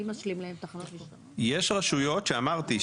יש רשויות שאמרתי,